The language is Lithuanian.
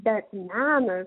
bet menas